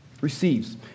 receives